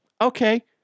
okay